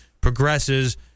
progresses